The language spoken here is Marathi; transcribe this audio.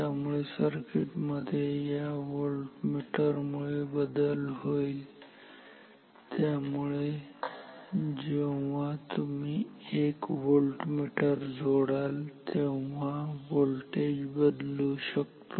त्यामुळे सर्किट मध्ये या व्होल्टमीटर मुळे बदल होईल त्यामुळे जेव्हा तुम्ही एक व्होल्टमीटर जोडाल तेव्हा व्होल्टेज बदलू शकतो